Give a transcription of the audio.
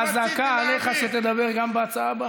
חזקה עליך שתדבר גם בהצעה הבאה.